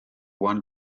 one